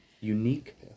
unique